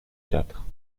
quatre